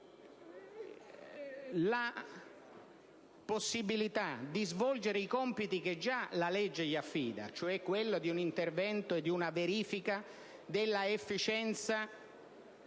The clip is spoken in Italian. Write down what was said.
la possibilità di svolgere i compiti che già la legge le affida, cioè quelli di un intervento e di una verifica in ordine alla efficienza